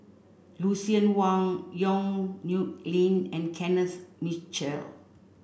Lucien Wang Yong Nyuk Lin and Kenneth Mitchell